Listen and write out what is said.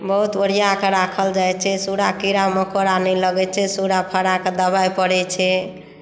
बहुत ओरिया कऽ राखल जाइत छै कीड़ा मकोड़ा नहि लगै छै सुरा तुरा के दवाई पड़ै छै